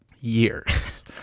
Years